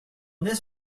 this